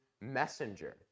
messenger